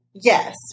Yes